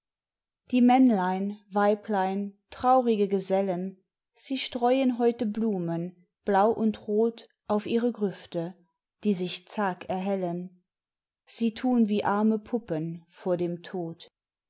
die männlein weiblein traurige gesellen sie streuen heute blumen blau und rot auf ihre grüfte die sich zag erhellen sie tun wie arme puppen vor dem tod